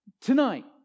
tonight